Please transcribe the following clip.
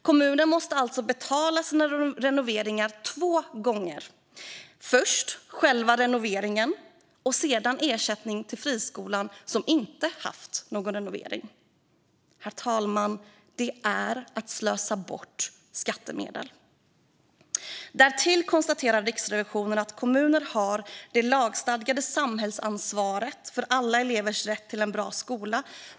Kommunen måste alltså betala sina renoveringar två gånger, först själva renoveringen och sedan ersättning till friskolan som inte haft någon renovering. Det är att slösa bort skattemedel, herr talman. Därtill konstaterar Riksrevisionen att kommuner har det lagstadgade samhällsansvaret för alla elevers rätt till en bra skola.